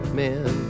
men